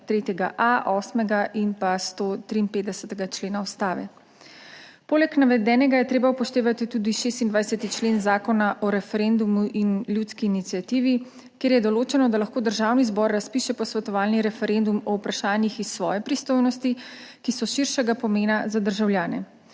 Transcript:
3.a, 8. in 153. člena Ustave. Poleg navedenega je treba upoštevati tudi 26. člen Zakona o referendumu in ljudski iniciativi, kjer je določeno, da lahko državni zbor razpiše posvetovalni referendum o vprašanjih iz svoje pristojnosti, ki so širšega pomena za državljane.